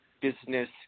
business